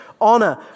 honor